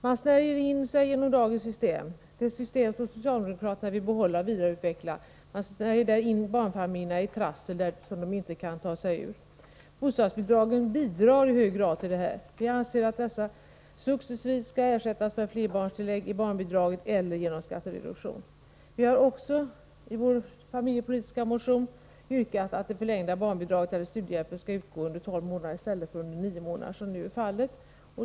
Man snärjer in sig genom dagens system, ett system som socialdemokraterna vill behålla och vidareutveckla. Man snärjer in barnfamiljerna i ett trassel som de inte kan ta sig ur. Bostadsbidragen bidrar i hög grad till detta. Vi anser att dessa successivt skall ersättas med flerbarnstillägg inom barnbidraget eller genom skattereduktion. I vår familjepolitiska motion har vi yrkat att det förlängda barnbidraget eller studiehjälpen skall utgå under tolv månader i stället för under nio månader, som nu är fallet.